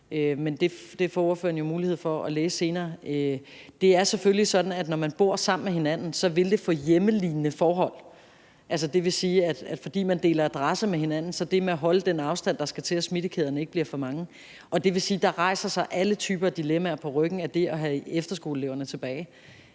Men det får ordføreren jo mulighed for at læse senere. Det er selvfølgelig sådan, at når man bor sammen med hinanden, vil det få hjemmelignende forhold. Det vil sige, at der – fordi man deler adresse med hinanden i forhold til det med at holde den afstand, der skal til, for at smittekæderne ikke bliver for mange – rejser sig alle typer af dilemmaer på ryggen af det at få efterskoleeleverne tilbage.